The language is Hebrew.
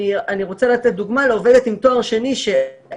אני רוצה לתת דוגמה לעובדת עם תואר שני שעבדה